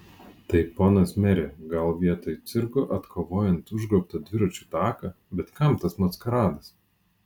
tai ponas mere gal vietoj cirko atkovojant užgrobtą dviračių taką bet kam tas maskaradas